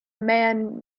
man